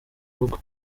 rugo